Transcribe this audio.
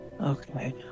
Okay